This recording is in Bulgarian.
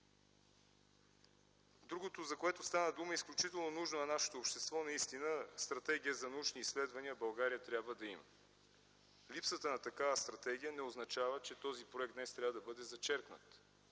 Другото, за което стана дума, е изключително нужно на нашето общество – Стратегия за научни изследвания България трябва да има. Липсата на такава стратегия не означава, че този проект днес трябва да бъде зачеркнат.